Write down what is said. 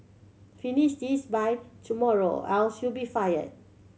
finish this by tomorrow or else you'll be fired